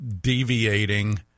deviating